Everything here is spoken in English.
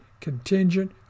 contingent